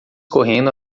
correndo